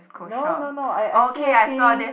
no no no I I still think